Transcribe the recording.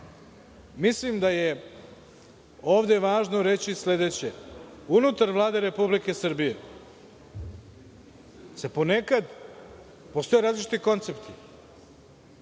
da je ovde važno reći sledeće: unutar Vlade Republike Srbije ponekad postoje različiti koncepti,